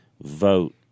vote